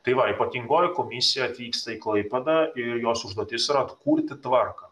tai va ypatingoji komisija atvyksta į klaipėdą ir jos užduotis yra atkurti tvarką